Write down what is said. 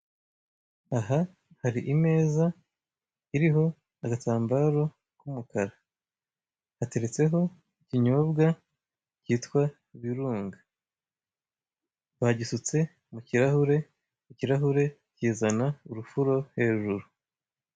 Aha hari imeza iriho agatambaro k'umukara. Hateretseho ikinyobwa kita Virunga. Bagisutse mu kirahure, kizana urufuro hejuru.